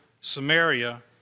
Samaria